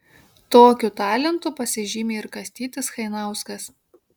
tokiu talentu pasižymi ir kastytis chainauskas